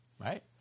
right